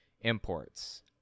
imports